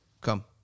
come